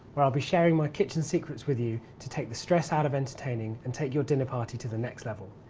where i will be sharing my kitchen secrets with you to take the stress out of entertaining and take your dinner party to the next level.